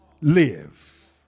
live